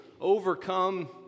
overcome